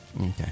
Okay